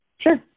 Sure